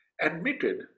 admitted